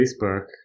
Facebook